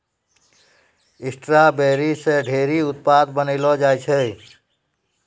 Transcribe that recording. strawberry से ढेरी उत्पाद बनैलो जाय छै